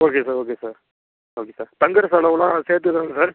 okay sir okay sir okay sir தங்குற செலவுலாம் சேர்த்துதான சார்